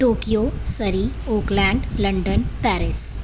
Tokyo Surrey Auckland London Paris